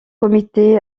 comités